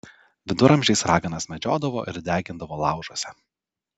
viduramžiais raganas medžiodavo ir degindavo laužuose